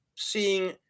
seeing